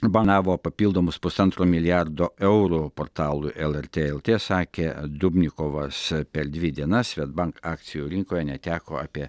banavo papildomus pusantro milijardo eurų portalui lrt lt sakė dubnikovas per dvi dienas svedbank akcijų rinkoje neteko apie